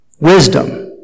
Wisdom